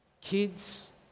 kids